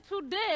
today